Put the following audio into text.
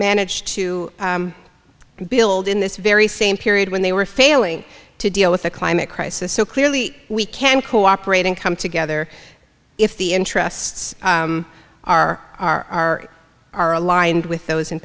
managed to build in this very same period when they were failing to deal with the climate crisis so clearly we can cooperate and come together if the interests are our are aligned with those in